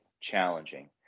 challenging